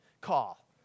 call